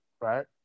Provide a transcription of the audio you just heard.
right